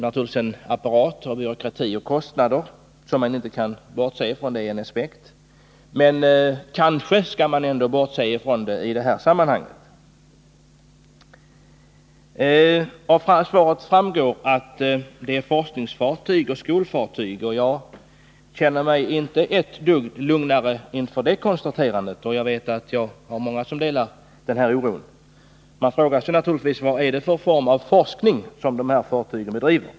Att det i samband härmed uppstår byråkrati och kostnader kan man inte bortse ifrån — men kanske skall man ändå göra det i det här sammanhanget. Av svaret framgår att det varit fråga om forskningsoch skolfartyg. Jag känner mig emellertid inte ett dugg lugnare inför det konstaterandet, och jag vet att många delar denna min oro. Man frågar sig naturligtvis vad det är för form av forskning som dessa fartyg bedriver.